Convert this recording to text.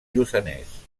lluçanès